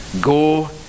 Go